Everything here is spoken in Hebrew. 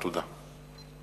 תודה.